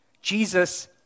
Jesus